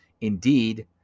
Indeed